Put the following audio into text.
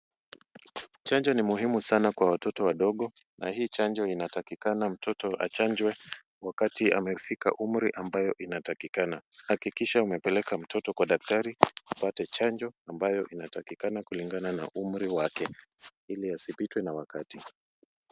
Chanjo ni muhumu sana kwa watoto wadogo na hii chanjo inatakikana mtoto achanjwe wakati amefika umri ambao unatakikana. Hakikisha umepeleka mtoto kwa daktari, apate chanjo ambayo inatakikana kulingana na umri wake ili asipitwe na wakati.